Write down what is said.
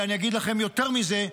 ואני אגיד לכם יותר מזה,